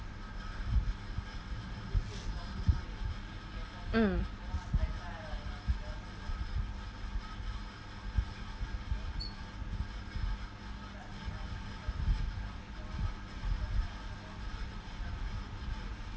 mm